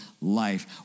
life